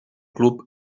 club